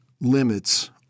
limits